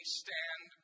stand